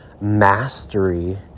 mastery